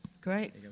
Great